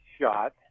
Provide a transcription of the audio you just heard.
shot